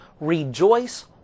rejoice